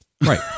right